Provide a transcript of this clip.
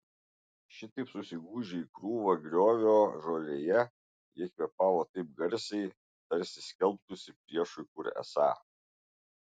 šitaip susigūžę į krūvą griovio žolėje jie kvėpavo taip garsiai tarsi skelbtųsi priešui kur esą